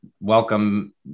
welcome